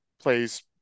plays